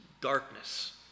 darkness